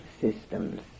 systems